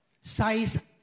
size